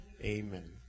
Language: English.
Amen